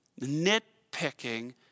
nitpicking